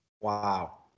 Wow